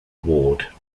ward